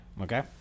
okay